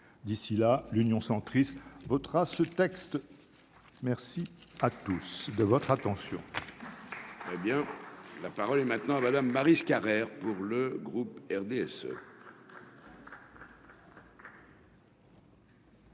d'ici là, l'Union centriste votera ce texte, merci à tous de votre attention.